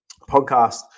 podcast